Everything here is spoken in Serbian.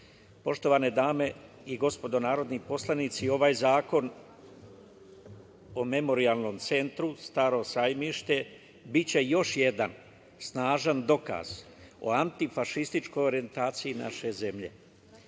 zločina. Poštovane dame i gospodo narodni poslanici, ovaj Zakon o Memorijalnom centru „Staro sajmište“ biće još jedan snažan dokaz o antifašističkoj orijentaciji naše zemlje.